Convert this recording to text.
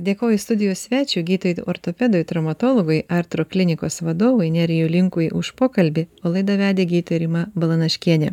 dėkoju studijos svečiui gydytojui ortopedui traumatologui artro klinikos vadovui nerijui linkui už pokalbį o laidą vedė gydytoja rima balanaškienė